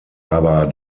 aber